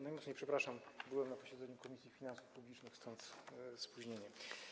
Najmocniej przepraszam, byłem na posiedzeniu Komisji Finansów Publicznych, stąd spóźnienie.